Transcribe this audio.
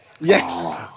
Yes